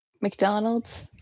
McDonald's